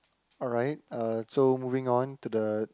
alright uh so moving on to the